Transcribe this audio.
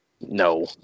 No